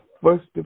first